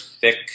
thick